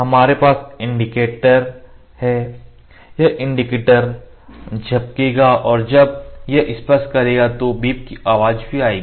हमारे पास indicator indicator संकेतक है यहां इंडिकेटर झपकेगा और जब यह स्पर्श करेगा तो बीप की आवाज भी आएगी